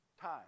Time